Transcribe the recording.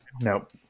Nope